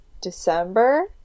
December